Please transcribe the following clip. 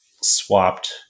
swapped